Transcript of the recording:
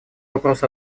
вопрос